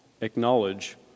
acknowledge